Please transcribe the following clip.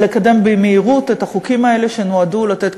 לקדם במהירות את החוקים האלה שנועדו לתת